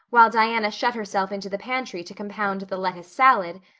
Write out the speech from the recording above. while diana shut herself into the pantry to compound the lettuce salad,